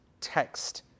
text